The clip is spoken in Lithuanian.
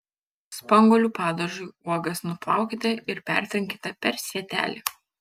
spanguolių padažui uogas nuplaukite ir pertrinkite per sietelį